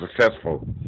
successful